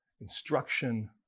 instruction